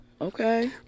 Okay